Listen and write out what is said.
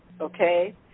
Okay